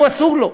הוא, אסור לו.